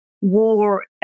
war